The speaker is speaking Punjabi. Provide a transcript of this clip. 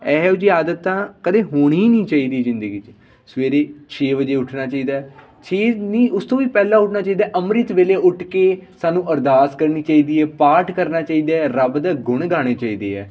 ਇਹੋ ਜਿਹੀ ਆਦਤ ਤਾਂ ਕਦੇ ਹੋਣੀ ਨਹੀਂ ਚਾਹੀਦੀ ਜ਼ਿੰਦਗੀ 'ਚ ਸਵੇਰੇ ਛੇ ਵਜੇ ਉੱਠਣਾ ਚਾਹੀਦਾ ਹੈ ਛੇ ਨਹੀਂ ਉਸ ਤੋਂ ਵੀ ਪਹਿਲਾਂ ਉੱਠਣਾ ਚਾਹੀਦਾ ਅੰਮ੍ਰਿਤ ਵੇਲੇ ਉੱਠ ਕੇ ਸਾਨੂੰ ਅਰਦਾਸ ਕਰਨੀ ਚਾਹੀਦੀ ਹੈ ਪਾਠ ਕਰਨਾ ਚਾਹੀਦਾ ਰੱਬ ਦਾ ਗੁਣ ਗਾਣੇ ਚਾਹੀਦੇ ਹੈ